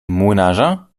młynarza